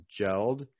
gelled